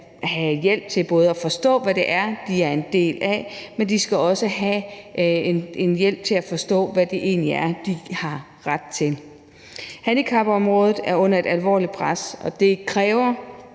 have hjælp til at forstå, hvad det er, de er en del af, men de skal også have hjælp til at forstå, hvad det egentlig er, de har ret til. Handicapområdet er under et alvorligt pres, og det kræver